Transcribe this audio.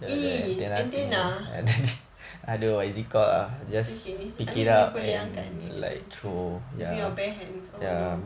!ee! antenna okay I mean you boleh angkat macam gitu with your bare hands oh no